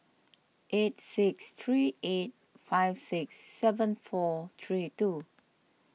eight six three eight five six seven four three two